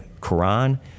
Quran